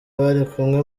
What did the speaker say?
barikumwe